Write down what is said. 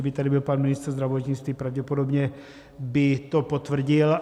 Kdyby tady byl pan ministr zdravotnictví, pravděpodobně by to potvrdil.